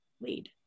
lead